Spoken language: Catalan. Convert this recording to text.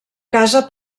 casa